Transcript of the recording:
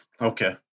Okay